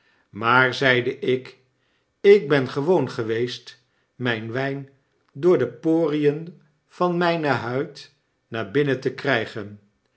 maar zeide ik ik ben gewoon geweest mrjn wyn door de porien van myne huid naar binnen te krygen